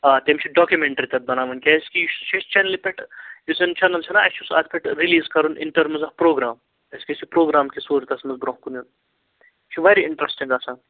آ تٔمۍ چھِ ڈاکمنٹری تَتھ بَناونۍ کیٛازِکہِ یہِ چھِ اسہِ چَنلہِ پٮ۪ٹھ یُس زَن چَینَل چھُنہ اَسہِ چھُ سُہ اَتھ پٮ۪ٹھ رِلیٖز کَرُن اِن ٹٔرمٕز آف پروگرام اَسہِ گژھِ یہِ پروگرام کِس صوٗرتَس منٛز برونٛہہ کُن یہِ چھِ واریاہ اِنٹرٛسٹِنٛگ آسان